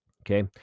Okay